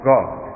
God